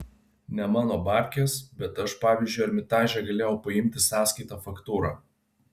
ne mano babkės bet aš pavyzdžiui ermitaže galėjau paimti sąskaitą faktūrą